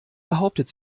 behauptet